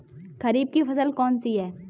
खरीफ की फसल कौन सी है?